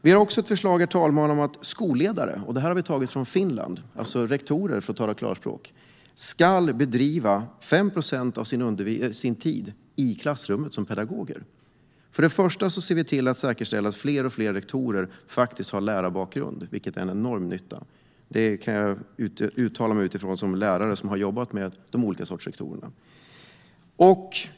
Vi har också förslag om att skolledare - och det exemplet har vi hämtat från Finland - ska bedriva 5 procent av sin arbetstid i klassrummet som pedagoger. Då ser vi till att säkerställa att fler och fler rektorer har lärarbakgrund, vilket är till en enorm nytta. Det kan jag som lärare uttala mig om. Jag har jobbat med de olika typerna av rektorer.